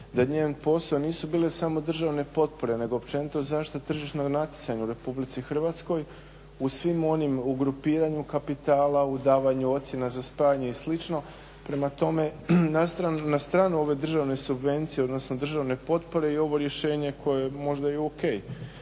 da njen posao nisu bile samo državne potpore nego općenito zaštita tržišnog natjecanja u RH u svim onim, u grupiranju kapitala, u davanju ocjena za spajanje i slično. Prema tome, na stranu ove državne subvencije odnosno državne potpore i ovo rješenje koje je možda i ok.